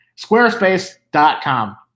Squarespace.com